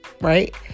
right